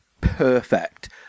perfect